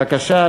בבקשה.